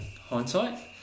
hindsight